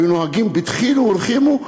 היו נוהגים בדחילו ורחימו,